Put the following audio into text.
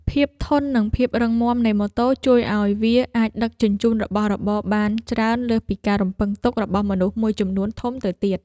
ភាពធន់និងភាពរឹងមាំនៃម៉ូតូជួយឱ្យវាអាចដឹកជញ្ជូនរបស់របរបានច្រើនលើសពីការរំពឹងទុករបស់មនុស្សមួយចំនួនធំទៅទៀត។